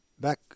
Back